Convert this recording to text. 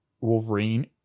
Wolverine